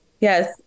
Yes